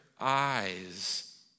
eyes